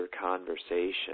conversation